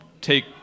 take